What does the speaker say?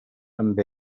amb